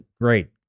great